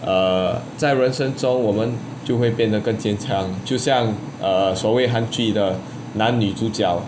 err 在人生中我们就会变得更坚强就像 err 所谓韩剧的男女主角